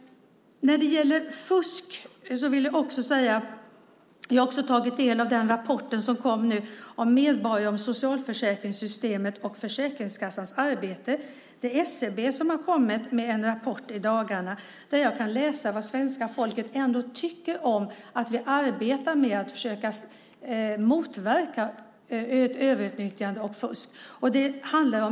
När det gäller fusk vill jag säga att jag har tagit del av den rapport som kom om medborgare, socialförsäkringssystemet och Försäkringskassans arbete. Det är SCB som har kommit med en rapport i dagarna där jag kan läsa vad svenska folket tycker om att vi arbetar med att försöka motverka ett överutnyttjande och fusk.